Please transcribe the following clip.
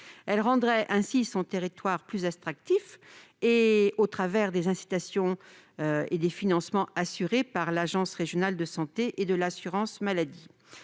Elle rendrait ainsi son territoire plus attractif au travers des incitations et financements assurés par l'agence régionale de santé (ARS) et l'assurance maladie.